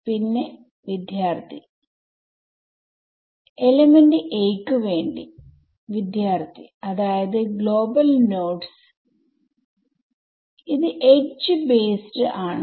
പിന്നെ element a ക്ക് വേണ്ടി വിദ്യാർത്ഥി അതായത് ഗ്ലോബൽ നോഡ്സ് ഇത് എഡ്ജ് ബേസ്ഡ് ആണ്